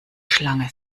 schlange